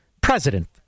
president